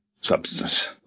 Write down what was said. substance